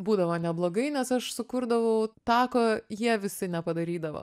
būdavo neblogai nes aš sukurdavau tą ko jie visi nepadarydavo